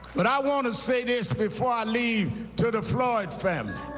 but i want to say this before i leave to the floyd family,